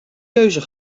keuze